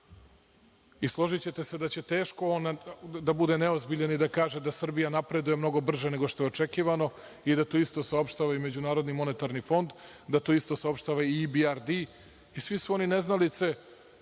i složićete se da će teško on da bude neozbiljan i da kaže da Srbije napreduje mnogo brže nego što je očekivano i da to isto saopštava i MMF, da to isto saopštava IBRD i svi su oni neznalice.